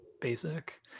Basic